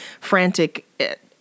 frantic